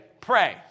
pray